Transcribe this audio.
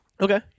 Okay